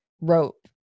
rope